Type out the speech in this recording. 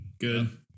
good